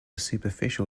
superficial